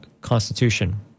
Constitution